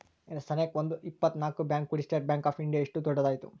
ಸನೇಕ ಒಂದ್ ಇಪ್ಪತ್ ಬ್ಯಾಂಕ್ ಕೂಡಿ ಸ್ಟೇಟ್ ಬ್ಯಾಂಕ್ ಆಫ್ ಇಂಡಿಯಾ ಇಷ್ಟು ದೊಡ್ಡದ ಆಯ್ತು